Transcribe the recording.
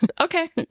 okay